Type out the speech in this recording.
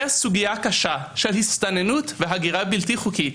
סוגיה קשה של הסתננות והגירה בלתי חוקית,